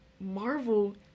Marvel